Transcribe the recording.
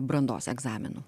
brandos egzaminų